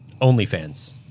OnlyFans